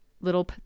little